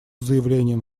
заявлением